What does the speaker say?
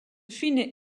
fine